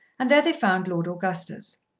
and there they found lord augustus.